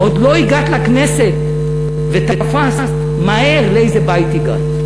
עוד לא הגעת לכנסת ותפסת מהר לאיזה בית הגעת.